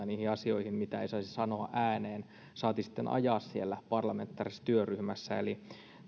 niihin asioihin mitä ei saisi sanoa ääneen saati sitten ajaa siellä parlamentaarisessa työryhmässä